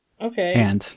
okay